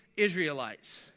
Israelites